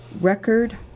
record